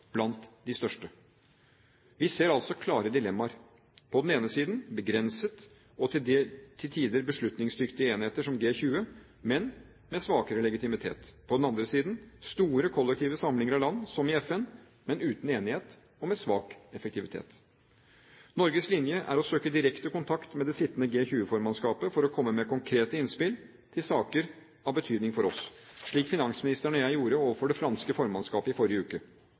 blant de største. Vi ser altså klare dilemmaer – på den ene siden begrensede og til tider beslutningsdyktige enheter, som G20, men med svak legitimitet; på den andre siden store kollektive samlinger av land, som i FN, men uten enighet og med svak effektivitet. Norges linje er å søke direkte kontakt med det sittende G20-formannskapet, for å komme med konkrete innspill til saker av betydning for oss, slik finansministeren og jeg gjorde overfor det franske formannskapet i forrige uke.